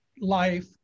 life